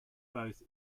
both